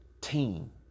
team